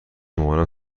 مامانم